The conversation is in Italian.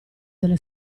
delle